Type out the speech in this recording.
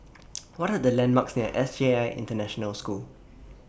What Are The landmarks near S J I International School